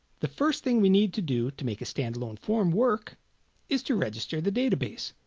the first thing we need to do to make a stand alone form work is to register the database.